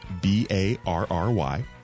B-A-R-R-Y